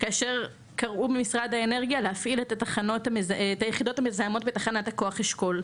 כאשר קראו במשרד האנרגיה להפעיל את היחידות המזהמות בתחנת הכוח אשכול.